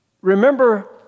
Remember